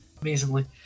amazingly